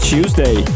Tuesday